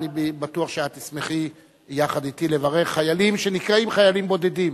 אני בטוח שאת תשמחי יחד אתי לברך חיילים שנקראים "חיילים בודדים".